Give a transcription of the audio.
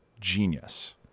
genius